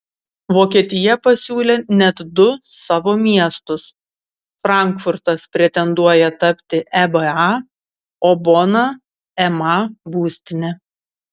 vokietija pasiūlė net du savo miestus frankfurtas pretenduoja tapti eba o bona ema būstine